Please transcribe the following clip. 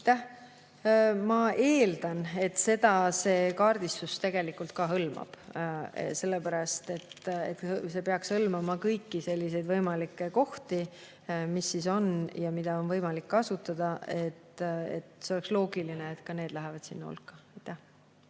Ma eeldan, et seda see kaardistus hõlmab, sest see peaks hõlmama kõiki selliseid võimalikke kohti, mis on olemas ja mida on võimalik kasutada. See oleks loogiline, et ka need lähevad sinna hulka.